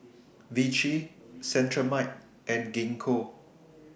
Vichy Cetrimide and Gingko